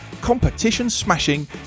competition-smashing